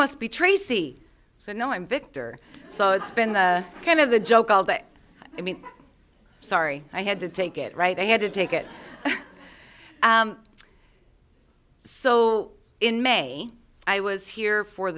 must be tracy so no i'm victor so it's been the kind of the joke all that i mean sorry i had to take it right i had to take it so in may i was here for